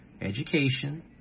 education